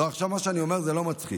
לא, מה שאני אומר עכשיו זה לא מצחיק.